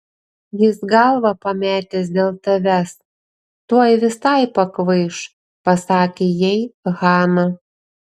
jis galvą pametęs dėl tavęs tuoj visai pakvaiš pasakė jai hana